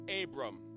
Abram